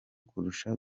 kurusha